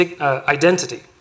identity